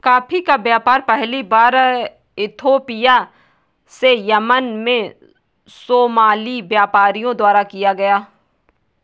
coffee का व्यापार पहली बार इथोपिया से यमन में सोमाली व्यापारियों द्वारा किया गया